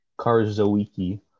Karzoiki